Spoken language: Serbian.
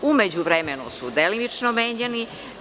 U međuvremenu su delimično menjani.